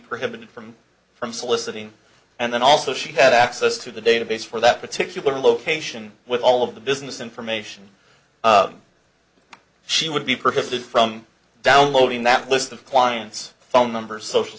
prohibited from from soliciting and then also she had access to the database for that particular location with all of the business information she would be persistent from downloading that list of clients phone numbers social